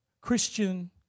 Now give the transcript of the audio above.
Christian